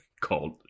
called